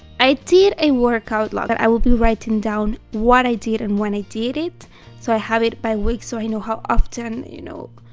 i did a workout log where i will be writing down what i did and when i did it so i have it by week so i know how often you know,